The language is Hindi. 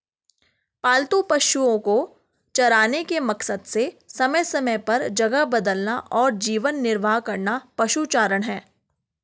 पालतू पशुओ को चराने के मकसद से समय समय पर जगह बदलना और जीवन निर्वाह करना पशुचारण है